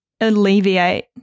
alleviate